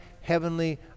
heavenly